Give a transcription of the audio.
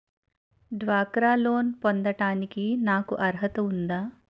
డ్వాక్రా లోన్ పొందటానికి నాకు అర్హత ఉందా?